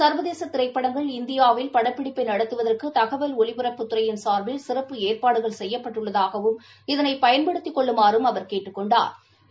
சாவ தேச திரை பபடஙகள் இந்தியாவில படபபிடிபபை நடத்துவத்ற்கு தகவல் ஒலி பரப்பத்துறையின் சாாா்பில் சிற்ப்பு ஏற்பாடுகள் செய்யப்பட்டுள்ளதாகவம் இதனை பயன் படுத்திக் கொள்ளுமா றும் அவா் கேட் டுக் கொண்டாாப்